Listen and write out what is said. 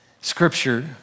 scripture